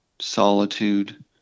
solitude